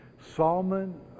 Solomon